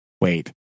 wait